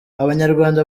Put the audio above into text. abanyarwanda